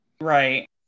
Right